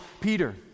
Peter